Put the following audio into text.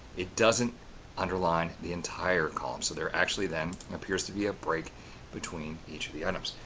it doesn't underline the entire column. so, there actually then appears to be a break between each of the items.